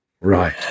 right